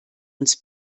uns